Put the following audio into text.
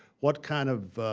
what kind of